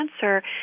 cancer